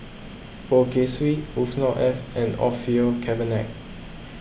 Poh Kay Swee Yusnor Ef and Orfeur Cavenagh